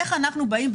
איך אנחנו באים,